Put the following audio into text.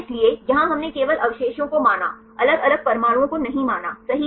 इसलिए यहां हमने केवल अवशेषों को माना अलग अलग परमाणुओं को नहीं माना सही